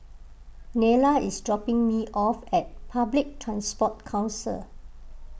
Nylah is dropping me off at Public Transport Council